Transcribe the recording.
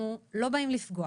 אנחנו לא באים לפגוע